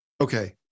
Okay